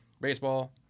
baseball